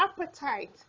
appetite